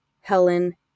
Helen